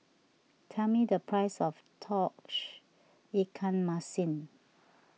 tell me the price of Tauge Ikan Masin